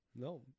no